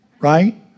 right